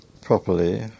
properly